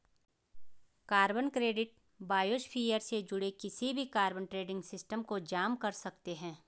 carbon credit biosphere से जुड़े किसी भी कार्बन ट्रेडिंग सिस्टम को जाम कर सकते हैं